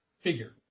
figure